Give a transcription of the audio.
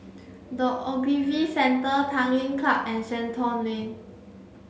the Ogilvy Centre Tanglin Club and Shenton Lane